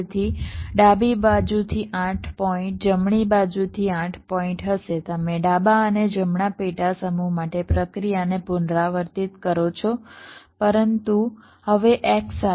તેથી ડાબી બાજુથી 8 પોઈન્ટ જમણી બાજુથી 8 પોઈન્ટ હશે તમે ડાબા અને જમણા પેટા સમૂહ માટે પ્રક્રિયાને પુનરાવર્તિત કરો છો પરંતુ હવે x સાથે નહીં પણ y સાથે